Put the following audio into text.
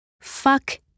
fuck